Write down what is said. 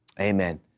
Amen